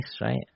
right